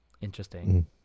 Interesting